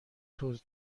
توسط